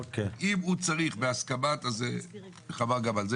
אם הוא צריך בהסכמה אז חמר גמל.